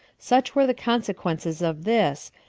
such were the consequences of this,